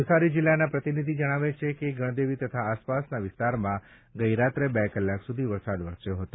નવસારી જિલ્લાના પ્રતિનિધિ જણાવે છે કે ગણદેવી તથા આસપાસના વિસ્તારમાં ગઇ રાત્રે બે કલાક સુધી વરસાદત્ર વરસ્યો હતો